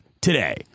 today